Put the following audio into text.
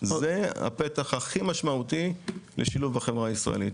זה הפתח הכי משמעותי לשילוב בחברה הישראלית.